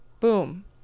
Boom